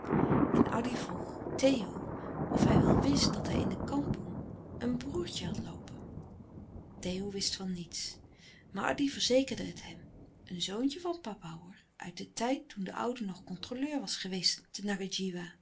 en addy vroeg theo of hij wel wist dat hij in de kampong een broêrtje had loopen theo wist van niets maar addy verzekerde het hem een louis couperus de stille kracht zoontje van papa hoor uit den tijd toen de oude nog controleur was geweest